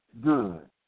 good